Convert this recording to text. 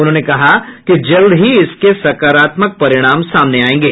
उन्होंने कहा कि जल्द ही इसके सकारात्मक परिणाम सामने आयेंगे